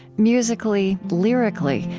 musically, lyrically,